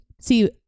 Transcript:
See